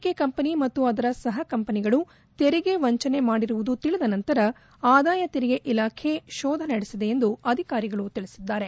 K company ಮತ್ತು ಅದರ ಸಹ ಕಂಪನಿಗಳು ತೆರಿಗೆ ವಂಚನೆ ಮಾಡಿರುವುದು ತಿಳಿದ ನಂತರ ಆದಾಯ ತೆರಿಗೆ ಇಲಾಖೆ ಶೋಧ ನಡೆಸಿದೆ ಎಂದು ಅಧಿಕಾರಿಗಳು ತಿಳಿಸಿದ್ದಾರೆ